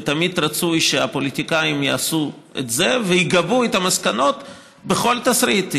ותמיד רצוי שהפוליטיקאים יעשו את זה ויגבו את המסקנות בכל תסריט.